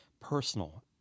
personal